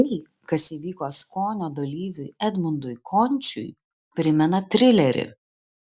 tai kas įvyko skonio dalyviui edmundui končiui primena trilerį